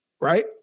right